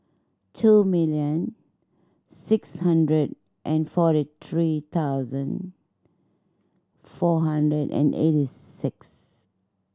two million six hundred and forty three thousand four hundred and eighty six